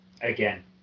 Again